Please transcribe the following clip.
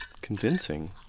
Convincing